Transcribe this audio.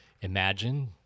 imagine